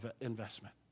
investment